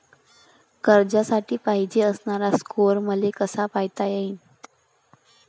कर्जासाठी पायजेन असणारा स्कोर मले कसा पायता येईन?